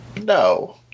No